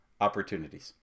opportunities